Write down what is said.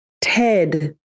Ted